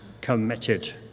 committed